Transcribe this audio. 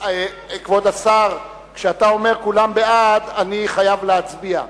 כבוד השר, כשאתה אומר "כולם בעד" חייבים להצביע.